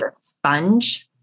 sponge